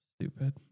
Stupid